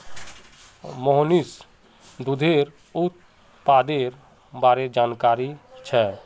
मोहनीशक दूधेर उप उत्पादेर बार जानकारी छेक